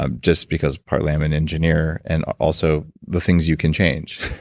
ah just because partly i'm an engineer and also the things you can change